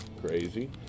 crazy